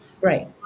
right